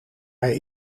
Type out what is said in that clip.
hij